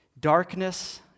darkness